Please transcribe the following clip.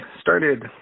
started